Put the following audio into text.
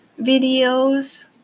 videos